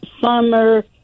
summer